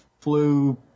flew